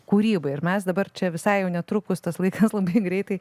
kūrybai ir mes dabar čia visai jau netrukus tas laikas labai greitai